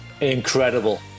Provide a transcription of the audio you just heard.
Incredible